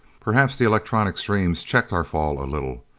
perhaps the electronic streams checked our fall a little.